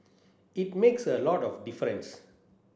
it makes a lot of difference